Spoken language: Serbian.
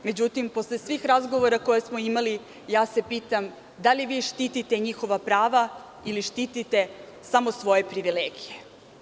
Međutim, posle svih razgovora koje smo imali ja se pitam da li vi štitite njihova prava, ili štitite samo svoje privilegije.